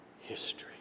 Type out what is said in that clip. history